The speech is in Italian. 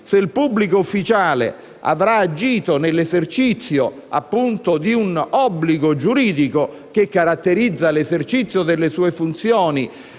se il pubblico ufficiale avrà agito nell'esercizio, appunto, di un obbligo giuridico che caratterizza l'esercizio delle sue funzioni